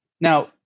Now